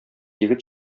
егет